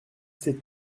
sept